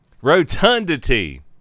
Rotundity